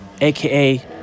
aka